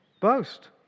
boast